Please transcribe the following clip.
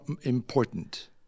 important